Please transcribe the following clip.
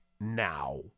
now